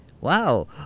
wow